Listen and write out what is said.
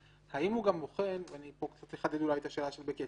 אני פה קצת אחדד אולי את השאלה של בקי,